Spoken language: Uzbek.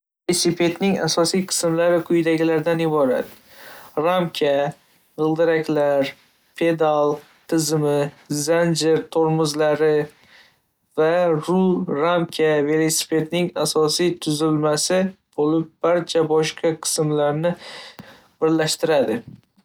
Velosipedning asosiy qismlari quyidagilardan iborat. Ramka, g'ildiraklar, pedal tizimi, zanjir, tormozlar va rul. Ramka velosipedning asosiy tuzilmasi bo'lib, barcha boshqa qismlarni birlashtiradi.